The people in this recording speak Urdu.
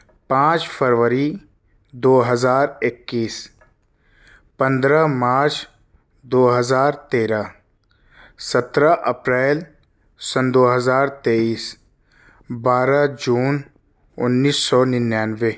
پانچ فروری دو ہزار اکیس پندرہ مارچ دو ہزار تیرہ سترہ اپریل سن دو ہزار تئیس بارہ جون انیس سو ننانوے